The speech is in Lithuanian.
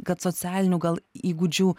kad socialinių gal įgūdžių